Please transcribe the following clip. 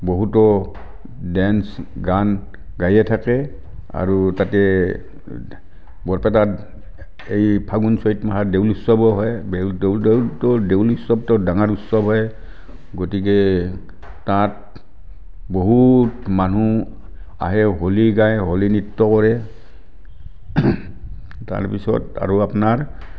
বহুতো ডেঞ্চ গান গায়ে থাকে আৰু তাতে বৰপেটাত এই ফাগুন চৈত মাহত দৌল উৎসৱো হয় দৌল উৎসৱটো ডাঙৰ উৎসৱ হয় গতিকে তাত বহুত মানুহ আহে হোলী গায় হোলী নৃত্য কৰে তাৰপিছত আৰু আপোনাৰ